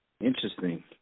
Interesting